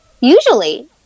usually